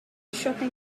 shopping